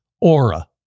Aura